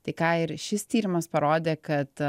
tai ką ir šis tyrimas parodė kad